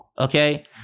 Okay